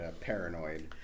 Paranoid